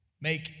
make